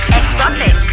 exotic